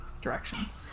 directions